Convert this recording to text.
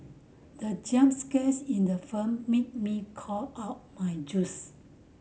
the jump scares in the film made me cough out my juice